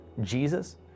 Jesus